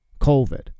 covid